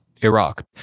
Iraq